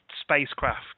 spacecraft